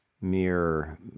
mere